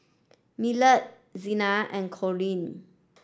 Millard Zina and Corine